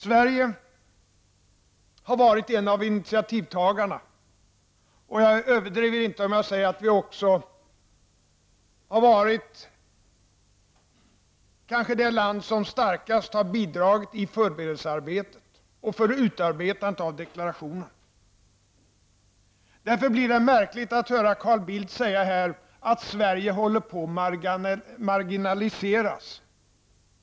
Sverige är en av initiativtagarna, och jag överdriver inte om jag säger att Sverige också varit det land som kanske starkast har bidragit i förberedelsearbetet och vid utarbetandet av deklarationen. Därför är det märkligt att höra Carl Bildt säga här, att Sverige håller på att marginaliseras.